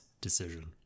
decision